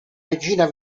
regina